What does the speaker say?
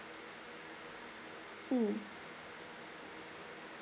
mm